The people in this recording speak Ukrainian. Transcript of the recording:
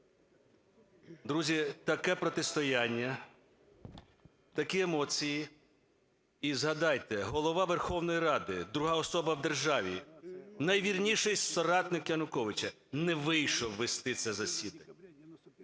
Друзі, таке протистояння, такі емоції і, згадайте, Голова Верховної Ради – друга особа в державі, найвірніший соратник Януковича, не вийшов вести це засідання.